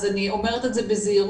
אז אני אומרת את זה בזהירות,